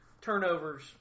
Turnovers